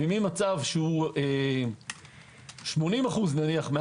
ממצב שהוא 80% נניח,